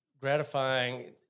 gratifying